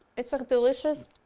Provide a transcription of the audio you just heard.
it's like a delicious